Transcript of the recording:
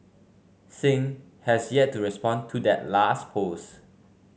Singh has yet to respond to that last post